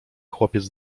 chłopiec